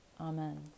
Amen